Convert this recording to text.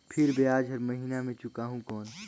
फिर ब्याज हर महीना मे चुकाहू कौन?